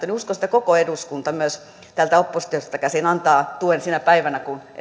niin uskoisin että koko eduskunta myös täältä oppositiosta käsin antaa tuen sinä päivänä kun